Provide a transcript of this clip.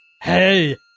Hey